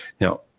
Now